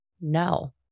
no